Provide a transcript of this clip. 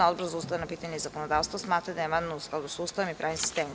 Odbor za ustavna pitanja i zakonodavstvo smatra da je amandman u skladu sa Ustavom i pravnim sistemom.